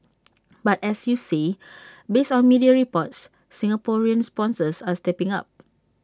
but as you see based on media reports Singaporean sponsors are stepping up